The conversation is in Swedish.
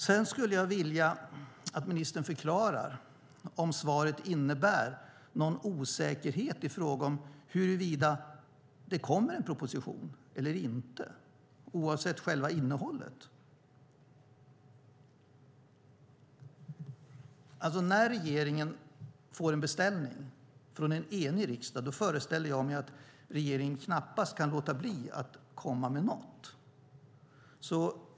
Sedan skulle jag vilja att ministern förklarar om svaret innebär någon osäkerhet i fråga om huruvida det kommer en proposition eller inte, oavsett själva innehållet? När regeringen får en beställning från en enig riksdag föreställer jag mig att regeringen knappast kan låta bli att komma med något.